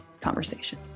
conversation